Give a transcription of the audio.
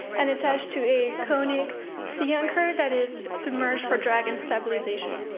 and attached to a conic sea anchor that is submerged for drag and stabilization.